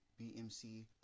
BMC